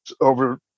over